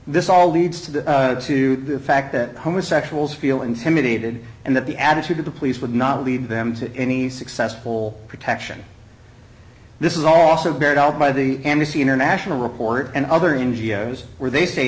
this all leads to the to the fact that homosexuals feel intimidated and that the attitude of the police would not lead them to any successful protection this is also buried out by the amnesty international report and other n g o s where they say